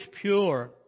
pure